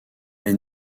est